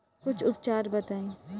कुछ उपचार बताई?